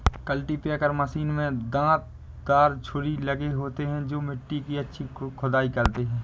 cultipacker machine में दांत दार छुरी लगे होते हैं जो मिट्टी की अच्छी खुदाई करते हैं